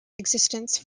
existence